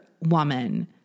woman